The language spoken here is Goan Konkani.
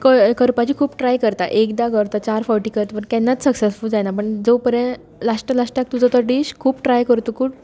करपाची खूब ट्राय करता एकदां करता चार फावटी करता केन्नाच सक्सेसफूल जायनात पूण जो पर्यंत लास्ट टायम लास्टाक लास्टाक तुजो तो डिश खूब ट्राय करतकच